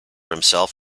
himself